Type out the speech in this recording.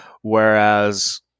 Whereas